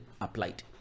applied